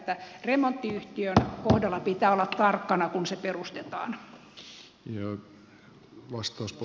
niin että remontti yhtiön kohdalla pitää olla tarkkana kun se perustetaan